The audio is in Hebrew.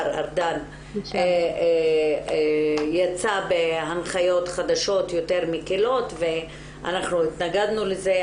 ארדן יצא בהנחיות חדשות יותר מקלות ואנחנו התנגדנו לזה,